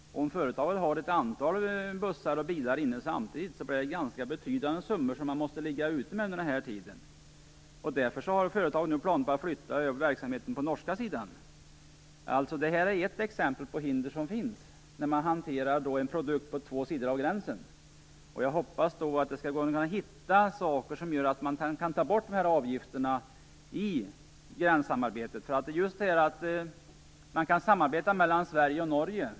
Om företaget har ett antal bussar och bilar inne samtidigt blir det ganska betydande summor som man måste ligga ute med under tiden. Därför har företaget planer på att flytta över verksamheten till den norska sidan. Det här är alltså ett exempel på hinder när man hanterar en produkt på två sidor av gränsen. Jag hoppas att det skall gå att hitta något som gör att man kan ta bort avgifterna i gränssamarbetet. Det är viktigt att vi kan samarbeta med Norge.